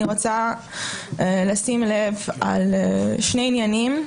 אני רוצה שתשימו לב לשני עניינים.